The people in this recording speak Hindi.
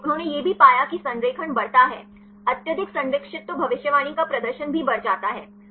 इसलिए उन्होंने यह भी पाया कि संरेखण बढ़ता है अत्यधिक संरक्षित तो भविष्यवाणी का प्रदर्शन भी बढ़ जाता है